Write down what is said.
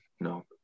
no